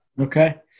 okay